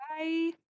Bye